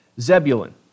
Zebulun